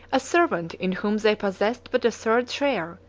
a servant, in whom they possessed but a third share,